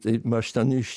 tai aš ten iš